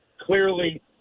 clearly